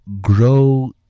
grow